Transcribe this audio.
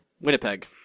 Winnipeg